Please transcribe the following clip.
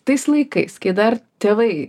tais laikais kai dar tėvai